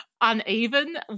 uneven